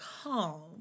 calm